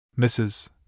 Mrs